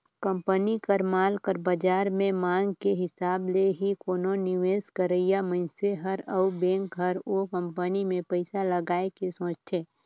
company कर माल कर बाजार में मांग के हिसाब ले ही कोनो निवेस करइया मनइसे हर अउ बेंक हर ओ कंपनी में पइसा लगाए के सोंचथे